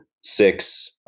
six